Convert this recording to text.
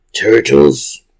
Turtles